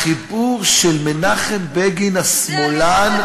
החיבור של מנחם בגין השמאלן,